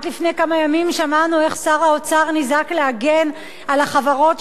רק לפני כמה ימים שמענו איך שר האוצר נזעק להגן על החברות,